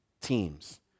teams